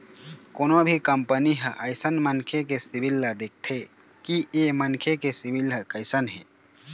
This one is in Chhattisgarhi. कोनो भी कंपनी ह अइसन मनखे के सिविल ल देखथे कि ऐ मनखे के सिविल ह कइसन हे